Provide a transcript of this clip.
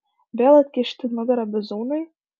vėl atkišti nugarą bizūnui